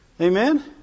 Amen